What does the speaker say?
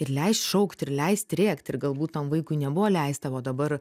ir leist šaukt ir leist rėkt ir galbūt tam vaikui nebuvo leista o dabar